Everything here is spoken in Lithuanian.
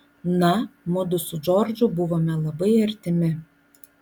na mudu su džordžu buvome labai artimi